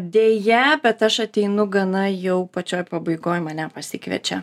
deja bet aš ateinu gana jau pačioj pabaigoj mane pasikviečia